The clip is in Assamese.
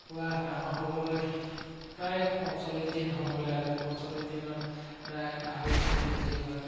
কুকুৰা ডাঙৰ হ'বলৈ প্ৰায় পঞ্চল্লিছ দিন সময় লাগে পঞ্চল্লিছ দিনত প্ৰায় আঢ়ৈ তিনি কেজি হয়